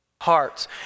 hearts